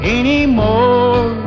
anymore